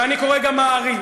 ואני קורא גם "מעריב",